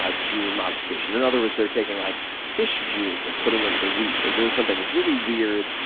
ah gene modification. in other words, they're taking like fish genes and putting it into wheat or doing something really weird,